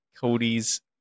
Cody's